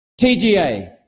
TGA